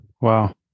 Wow